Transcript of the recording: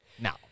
Now